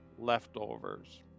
leftovers